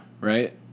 Right